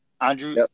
Andrew